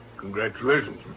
Congratulations